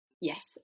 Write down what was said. Yes